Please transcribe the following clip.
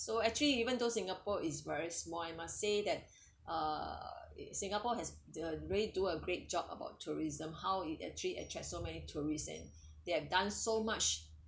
so actually you even though singapore is very small I must say that uh singapore has uh really do a great job about tourism how it actually attract so many tourists and they have done so much